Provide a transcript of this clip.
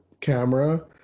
camera